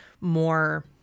more